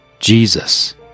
Jesus